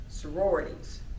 Sororities